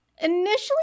Initially